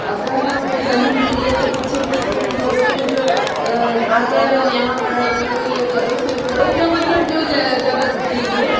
अगर हम कहीं जिले से पूछें कि तुम जोधपुर आकर यहाँ पढ़ाई करो ये करो से करो जो मतलब जो ज़्यादा चीज है